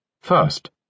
First